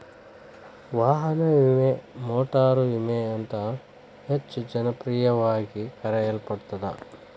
ವಾಹನ ವಿಮೆ ಮೋಟಾರು ವಿಮೆ ಅಂತ ಹೆಚ್ಚ ಜನಪ್ರಿಯವಾಗಿ ಕರೆಯಲ್ಪಡತ್ತ